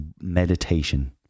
meditation